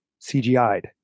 CGI'd